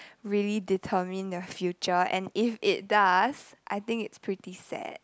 really determine the future and if it does I think it's pretty sad